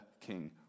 King